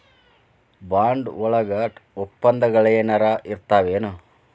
Bond ವಳಗ ವಪ್ಪಂದಗಳೆನರ ಇರ್ತಾವೆನು?